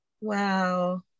Wow